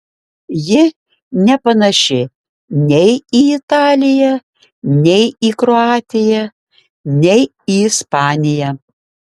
ji nepanaši nei į italiją nei į kroatiją nei į ispaniją